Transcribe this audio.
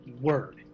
word